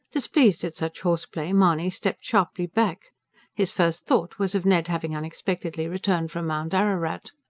displeased at such horseplay, mahony stepped sharply back his first thought was of ned having unexpectedly returned from mount ararat.